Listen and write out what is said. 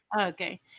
Okay